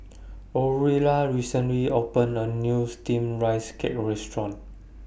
Aurilla recently opened A New Steamed Rice Cake Restaurant